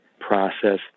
process